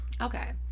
okay